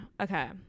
Okay